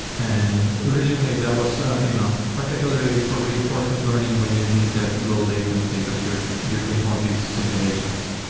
and originally, that was you know particularly for reinforcement learning when you need that low latency because you're you're doing all these simulations.